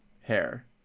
hair